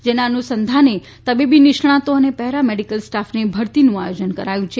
જેના અનુસંધાને તબીબી નિષ્ણાતો અને પેરામેડિકલ સ્ટાફની ભરતીનું આયોજન કરાયું છે